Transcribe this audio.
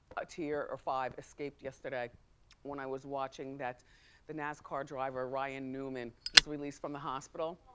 a tear or five escaped yesterday when i was watching that the nascar driver, ryan newman was released from the hospital.